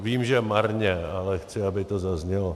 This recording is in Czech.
Vím, že marně, ale chci, aby to zaznělo.